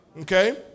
okay